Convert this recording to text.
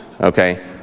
okay